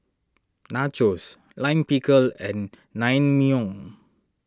Nachos Lime Pickle and Naengmyeon